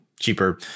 Cheaper